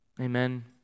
Amen